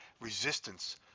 resistance